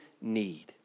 need